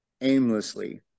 aimlessly